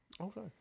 Okay